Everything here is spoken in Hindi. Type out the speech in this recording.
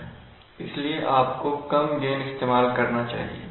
इसलिए आपको कम गेन इस्तेमाल करना चाहिए